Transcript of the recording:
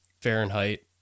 Fahrenheit